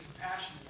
compassionate